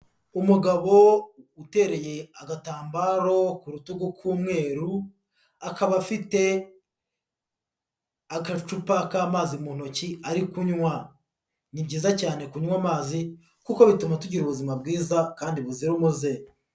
Umugabo utereye agatambaro ku rutugu k'umweru, akaba afite agacupa k'amazi mu ntoki ari kunywa. Ni byiza cyane kunywa amazi kuko bituma tugira ubuzima bwiza kandi buzira umuze.